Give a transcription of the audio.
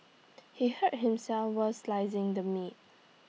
he hurt himself while slicing the meat